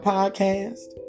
Podcast